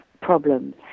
problems